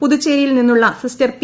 പുതുച്ചേരിയിൽ നിന്നുള്ള sister P